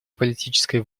политической